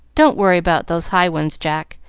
don't worry about those high ones, jack.